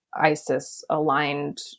ISIS-aligned